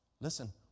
Listen